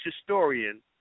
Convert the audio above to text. historian